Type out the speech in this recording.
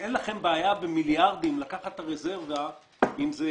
אין לכם בעיה במיליארדים לקחת את הרזרבה אם זה